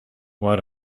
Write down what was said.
what